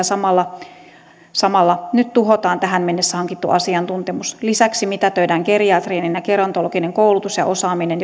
samalla samalla nyt tuhotaan tähän mennessä hankittu asiantuntemus lisäksi mitätöidään geriatrinen ja gerontologinen koulutus ja osaaminen